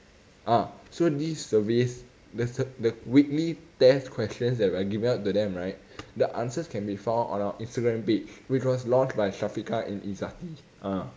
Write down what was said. ah so this surveys the the weekly test questions that we are giving out to them right the answers can be found on our instagram page which was launched by shafiqah and izzati ah